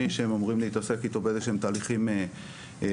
שהם אמורים להתעסק אתו באיזשהם תהליכים רב-שנתיים,